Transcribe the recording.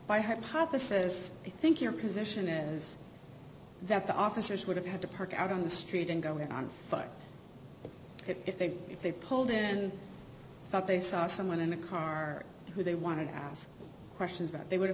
by hypothesis i think your position is that the officers would have had to park out on the street and go around but if they if they polled and they saw someone in a car who they wanted to ask questions about they would have